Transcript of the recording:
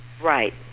Right